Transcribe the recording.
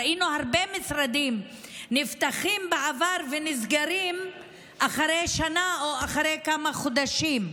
ראינו הרבה משרדים נפתחים בעבר ונסגרים אחרי שנה או אחרי כמה חודשים.